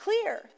clear